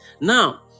Now